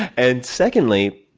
and, secondly,